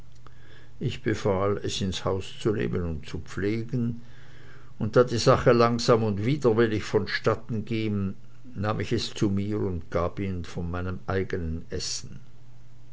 ich befahl es ins haus zu nehmen und zu pflegen und da die sache langsam und widerwillig vonstatten ging nahm ich es zu mir und gab ihm von meinem eigenen essen